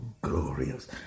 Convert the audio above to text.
glorious